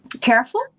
careful